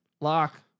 lock